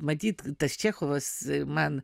matyt tas čechovas man